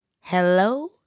Hello